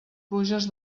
pluges